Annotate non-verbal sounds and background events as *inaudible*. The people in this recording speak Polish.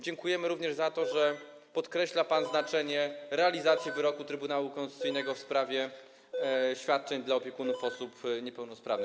Dziękujemy również za to, *noise* że podkreśla pan znaczenie realizacji wyroku Trybunału Konstytucyjnego w sprawie świadczeń dla opiekunów osób niepełnosprawnych.